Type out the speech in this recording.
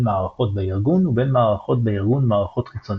מערכות בארגון ובין מערכות בארגון ומערכות חיצוניות.